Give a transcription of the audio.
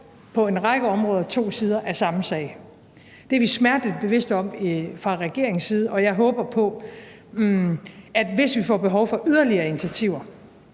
på en række områder to sider af samme sag. Det er vi smertelig bevidste om fra regeringens side, og hvis vi får behov for yderligere initiativer,